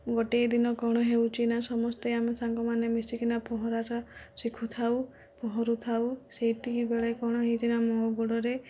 ଗୋଟିଏ ଦିନ କ'ଣ ହେଉଛି ନା ସମସ୍ତେ ଆମେ ସାଙ୍ଗମାନେ ମିଶି କିନା ପହଁରାଟା ଶିଖୁଥାଉ ପହଁରୁଥାଉ ସେତିକି ବେଳେ କ'ଣ ହୋଇଛି ନା ମୋ ଗୋଡ଼ରେ